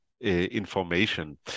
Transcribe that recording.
information